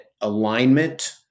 alignment